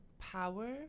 power